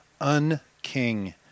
unking